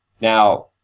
Now